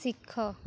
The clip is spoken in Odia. ଶିଖ